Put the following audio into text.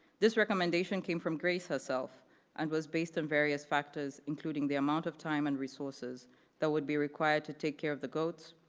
this recommendation came from grace herself and was based on various factors, including the amount of time and resources that would be required to take care of the goats,